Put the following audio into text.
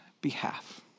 behalf